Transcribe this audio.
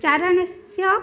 चारणस्य